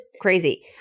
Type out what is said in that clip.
crazy